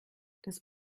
das